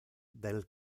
del